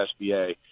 SBA